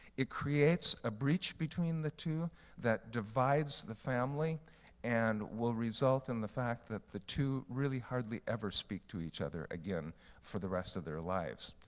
it creates a breach between the two that divides the family and will result in the fact that the two really hardly ever speak to each other again for the rest of their lives.